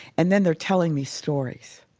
and then they're telling me stories,